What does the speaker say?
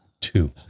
Two